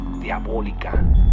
diabólica